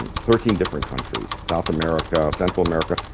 thirteen different countries. south america, central america.